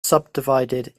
subdivided